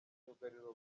myugariro